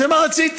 זה מה שרציתי.